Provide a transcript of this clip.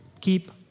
keep